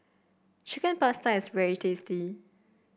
Chicken Pasta is very tasty